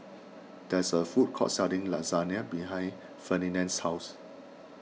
there is a food court selling Lasagne behind Ferdinand's house